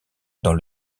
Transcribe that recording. dans